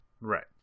Right